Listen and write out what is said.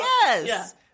Yes